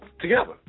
together